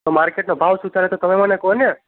તો માર્કેટનો ભાવ શું ચાલે છે તમે મને કહો ને